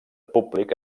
públic